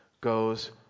goes